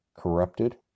corrupted